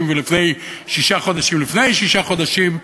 ולפני שישה חודשים ולפני שישה חודשים.